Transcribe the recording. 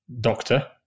doctor